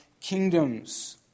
kingdoms